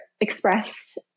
expressed